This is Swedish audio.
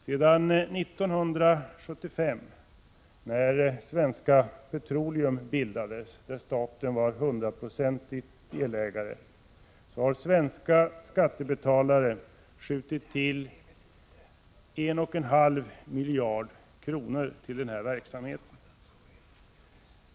Sedan 1975, när Svenska Petroleum bildades, där staten var hundraprocentig ägare, har svenska skattebetalare skjutit till 1,5 miljarder till den här verksamheten.